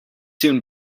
soon